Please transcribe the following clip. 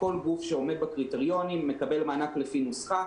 וכל גוף שעומד בקריטריונים מקבל מענק לפי נוסחה.